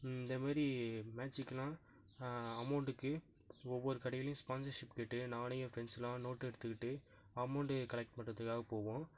இந்த மாதிரி மேட்ச்சுக்கெலாம் அமௌண்ட்டுக்கு ஒவ்வொரு கடையிலேயும் ஸ்பான்ஸர்ஷிப் கேட்டு நானும் என் ஃபிரண்ட்ஸ்யெலாம் நோட்டு எடுத்துக்கிட்டு அமௌண்ட்டு கலெக்ட் பண்ணுறதுக்காக போவோம்